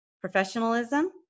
professionalism